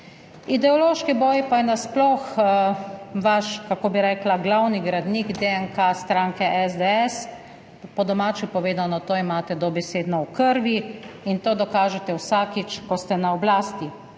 Ideološki boj pa je nasploh vaš – kako bi rekla? – glavni gradnik DNK stranke SDS, po domače povedano, to imate dobesedno v krvi in to dokažete vsakič, ko ste na oblasti,